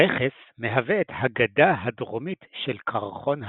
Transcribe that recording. הרכס מהווה את הגדה הדרומית של קרחון האמונד.